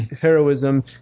heroism